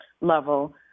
level